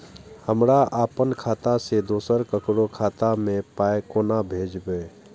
हमरा आपन खाता से दोसर ककरो खाता मे पाय कोना भेजबै?